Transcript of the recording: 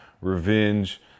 revenge